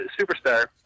superstar